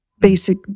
basic